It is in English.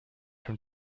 from